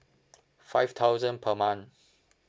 five thousand per month